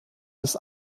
des